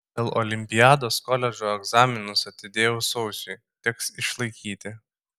dėl olimpiados koledžo egzaminus atidėjau sausiui teks išlaikyti